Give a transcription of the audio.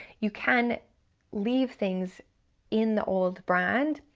you can leave things in the old brand,